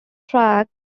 track